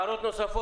יש הערות נוספות?